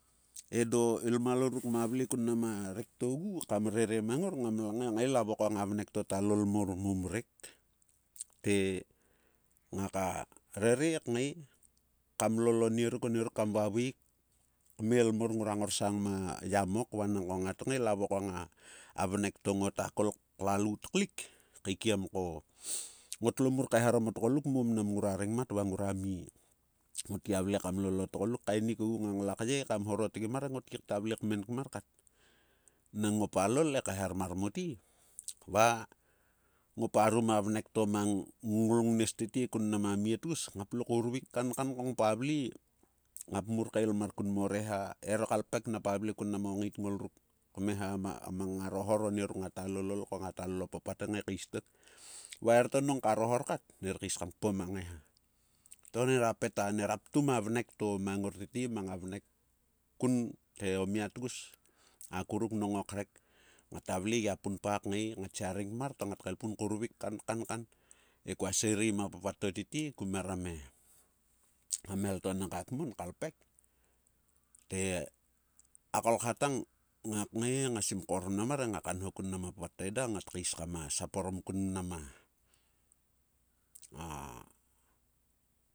Edo ilmalol ruk ngma vle kun mnan a rekto ogu kam rere mang ngor, ngam la ngae la vokong a vnek to talol mor momrek, e ngaka rere kngae kam lolo nieruk onieruk kam vavaeik kmel mor ngrua ngorsang ma yomok, vanangko ngat ngae la vokong a vnek to ngota kol klalout klik kaikiem ko ngot lo mur kaeharom o tgduk mo mnum ngora rengmat va ngora mie. Ngot gia vle kam lol otgoluk kaenik ogu ngang lakyei kam horotgem mar ngot gikta vle kmen kmor kat. Nang ngopa lol he kaehar mar mote va, ngopa rum a vnek to mang ngulauolgnes tete kun mnam a mie tgus. ngap lo kauruvik kankan ko ngpa vle, ngap mur kael mur kun mo reha erieka lpek npa vle kun mnam o ngaitngol ruk kmeha mang ngaro hor onieruk ngata lolol ko ngata lol o papat he kngae kais tok. V aeriet nong karo hor kat. mer kais kam kpom a ngaeha to near plum a vnek to mang ngor tete mang a vnek kun he o mia tgus, akuruk nong o krek. ngata vle gia punpa kngae, ngatsia ring pmar to ngat kaelpum kauruvik kan kan ka he kua sirei ma apapat to tete ku meram a mhel to nangga kmon ka lpek, te a kolkha tang nga kngae ngasim kornam mar e ngaka nho kun nam apapat to eda. ngat kais kama sap orom kun mnam.